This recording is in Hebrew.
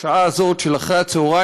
בשעה הזאת של אחר-הצהריים,